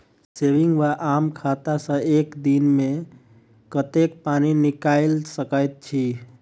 Saving वा आम खाता सँ एक दिनमे कतेक पानि निकाइल सकैत छी?